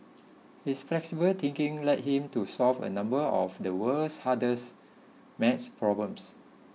his flexible thinking led him to solve a number of the world's hardest math problems